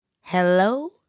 Hello